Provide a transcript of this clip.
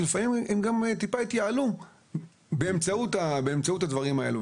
שלפעמים יש קצת התייעלות באמצעות הדברים האלה.